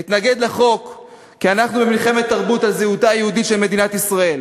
אתנגד לחוק כי אנחנו במלחמת תרבות על זהותה היהודית של מדינת ישראל,